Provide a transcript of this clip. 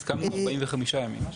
הסכמנו 45 ימים.